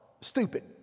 stupid